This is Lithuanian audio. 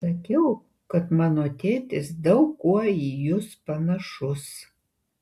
sakiau kad mano tėtis daug kuo į jus panašus